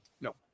No